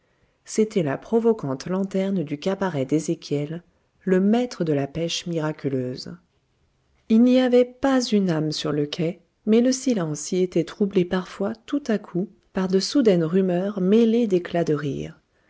c'était la provocante lanterne du cabaret d'ezéchiel le maître de la pèche miraculeuse il n'y avait pas une âme sur le quai mais le silence y était troublé parfois tout à coup par de soudaines rumeurs mêlées d'éclats de rire